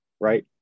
right